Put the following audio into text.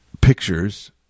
pictures